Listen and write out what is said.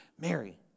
Mary